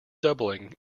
doubling